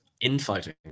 infighting